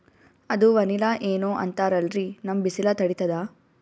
ಅದು ವನಿಲಾ ಏನೋ ಅಂತಾರಲ್ರೀ, ನಮ್ ಬಿಸಿಲ ತಡೀತದಾ?